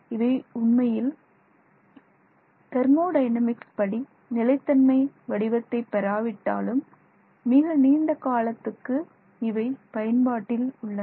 இவை உண்மையில் தெர்மோடைனமிக்ஸ் படி நிலைத்தன்மை வடிவத்தை பெறாவிட்டாலும் மிக நீண்ட காலத்துக்கு இவை பயன்பாட்டில் உள்ளன